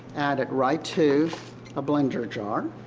add it right to a blender jar.